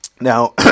Now